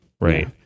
right